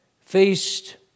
faced